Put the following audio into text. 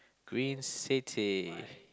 green city